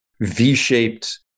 V-shaped